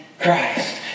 Christ